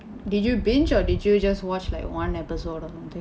did you binge or did you just watch like one episode or something